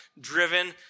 driven